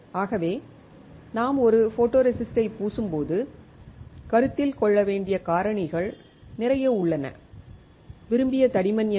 ஆகவே நாம் ஒரு ஃபோட்டோரெசிஸ்ட்டைப் பூசும்போது கருத்தில் கொள்ள வேண்டிய காரணிகள் நிறைய உள்ளன விரும்பிய தடிமன் என்ன